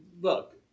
look